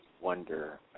wonder